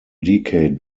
decade